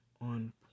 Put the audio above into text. on